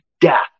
death